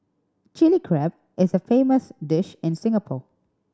Chilli Crab is a famous dish in Singapore